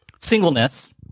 singleness